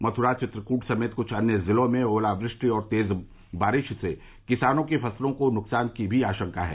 मथुरा चित्रकूट समेत कुछ अन्य जिलों में ओलावृष्टि और तेज बारिश से किसानों की फसलों को नुकसान की भी आशंका है